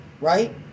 Right